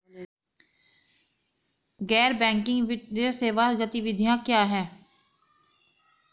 गैर बैंकिंग वित्तीय सेवा गतिविधियाँ क्या हैं?